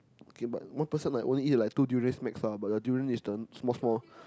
K but one person like only eat like two durians max lah but the durian is the small small